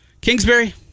Kingsbury